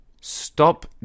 Stop